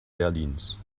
berlins